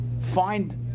find